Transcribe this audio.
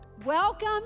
Welcome